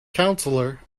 counselor